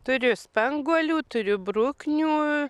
turiu spanguolių turiu bruknių